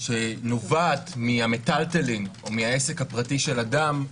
שנובעת מהמטלטלין או מהעסק הפרטי של אדם,